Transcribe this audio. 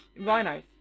Rhinos